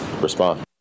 respond